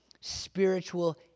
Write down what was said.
spiritual